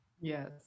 Yes